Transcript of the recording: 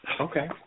Okay